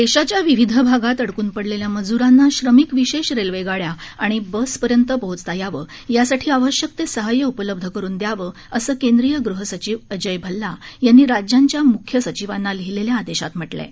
देशाच्या विविध भागात अडकून पडलेल्या मजुरांना श्रमिक विशेष रेल्वे गाड्या आणि बसेसपर्यंत पोहोचता यावं यासाठी आवश्यक ते सहाय्य्य उपलब्ध करून द्यावं असं केंद्रीय गृह सधिव अजय भल्ला यांनी राज्यांच्या मुख्य सधिवांना लिहिलेल्या आदेशात म्हटलं आहे